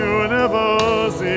universe